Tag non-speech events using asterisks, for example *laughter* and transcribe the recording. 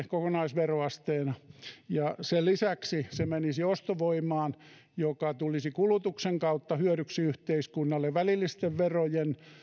*unintelligible* kokonaisveroasteena sen lisäksi se menisi ostovoimaan joka tulisi kulutuksen kautta hyödyksi yhteiskunnalle välillisten verojen